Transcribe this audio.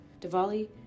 Diwali